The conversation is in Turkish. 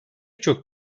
çok